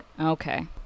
Okay